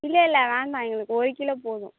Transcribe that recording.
இல்லை இல்லை வேண்டாம் எங்களுக்கு ஒரு கிலோ போதும்